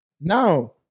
Now